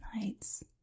Nights